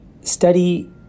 study